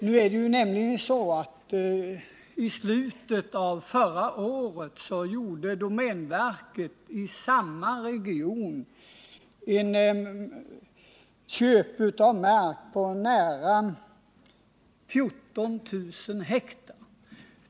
Det är nämligen så att i slutet av förra året köpte domänverket i samma region mark på nära 14 000 ha.